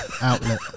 outlet